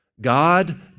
God